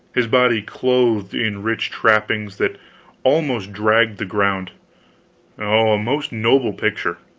his body clothed in rich trappings that almost dragged the ground oh, a most noble picture.